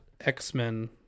X-Men